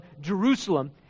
Jerusalem